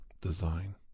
design